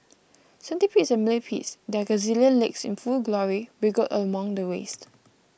centipedes and millipedes their gazillion legs in full glory wriggled among the waste